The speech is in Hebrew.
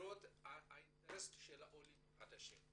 מול עינינו את אינטרס העולים החדשים,